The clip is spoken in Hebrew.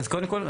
אז קודם כל,